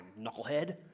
knucklehead